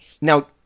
Now